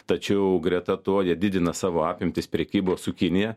tačiau greta to jie didina savo apimtis prekybos su kinija